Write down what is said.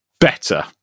better